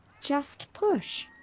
just push!